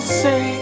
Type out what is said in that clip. say